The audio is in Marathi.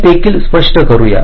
हे देखील स्पष्ट करूया